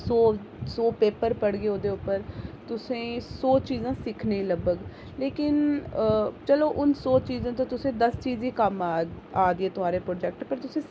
सौ सौ पेपर पढ़गेओ ओह्दे उप्पर तुसेंगी सौ चीजां सिखने गी लब्भग लेकिन अ चलो उ'न च सौ चीजें चा तुसें गी दस चाजां कम्म आग आदियां थौहाड़े परोजैक्ट च